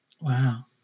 Wow